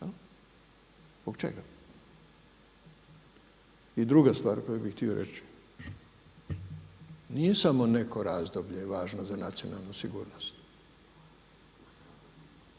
Zbog čega? I druga stvar koju bih htio reći. Nije samo neko razdoblje važno za nacionalnu sigurnost.